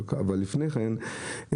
אבל לפני כן,